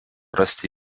rasti